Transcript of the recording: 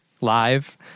live